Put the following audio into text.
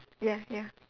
ya ya